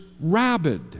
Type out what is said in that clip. rabid